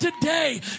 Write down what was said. today